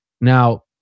Now